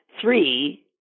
three